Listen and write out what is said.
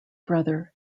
brother